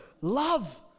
love